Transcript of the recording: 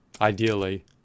Ideally